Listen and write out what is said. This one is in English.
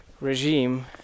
regime